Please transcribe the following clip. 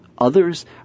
Others